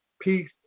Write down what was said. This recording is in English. peace